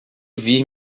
vir